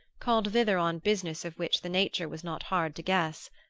called thither on business of which the nature was not hard to guess.